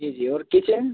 जी जी और किचेन